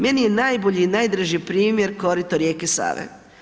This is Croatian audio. Meni je najbolji i najdraži primjer korito rijeke Save.